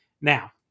Now